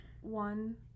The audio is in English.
One